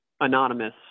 anonymous